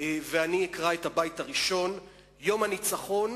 ואני אקרא את הבית הראשון: "יום הניצחון,